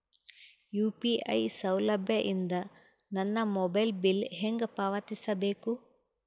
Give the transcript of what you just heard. UPI ಸೌಲಭ್ಯ ಇಂದ ನನ್ನ ಮೊಬೈಲ್ ಬಿಲ್ ಹೆಂಗ್ ಪಾವತಿಸ ಬೇಕು?